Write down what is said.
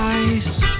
ice